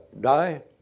die